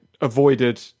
avoided